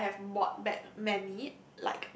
and I have bought back many